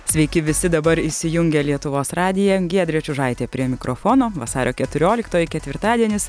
sveiki visi dabar įsijungę lietuvos radiją giedrė čiužaitė prie mikrofono vasario keturioliktoji ketvirtadienis